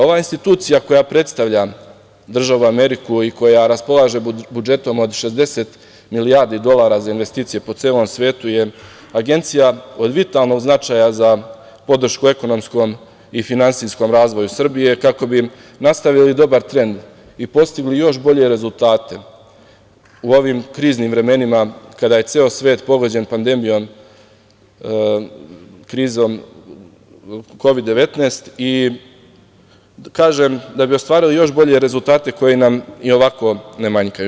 Ova institucija koja predstavlja državu Ameriku i koja raspolaže budžetom od 60 milijardi dolara za investicije po celom svetu je agencija od vitalnog značaja za podršku ekonomskom i finansijskom razvoju Srbije kako bi nastavili dobar trend i postigli još bolje rezultate u ovim kriznim vremenima, kada je ceo svet pogođen pandemijom Kovid 19, kažem, da bi ostvarili još bolje rezultate koji nam i ovako ne manjkaju.